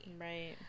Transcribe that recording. right